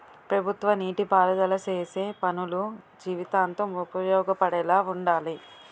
ప్రభుత్వ నీటి పారుదల సేసే పనులు జీవితాంతం ఉపయోగపడేలా వుండాలి